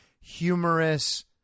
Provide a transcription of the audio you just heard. humorous